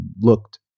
looked